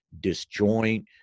disjoint